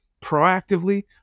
proactively